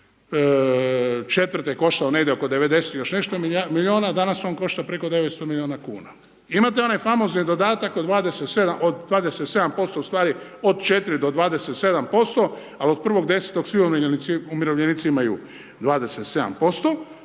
negdje oko 90 i još nešto milijuna, danas on košta preko 900 milijuna kuna. Imate onaj famozni dodatak od 27% ustvari od 4 do 27%, ali od 1.10. svi umirovljenici imaju 27%.